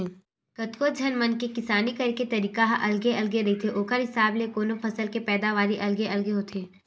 कतको झन मन के किसानी करे के तरीका ह अलगे अलगे रहिथे ओखर हिसाब ल कोनो फसल के पैदावारी अलगे अलगे होथे